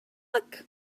luck